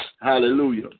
Hallelujah